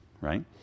Right